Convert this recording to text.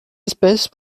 espèces